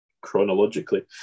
chronologically